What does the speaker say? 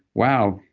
wow.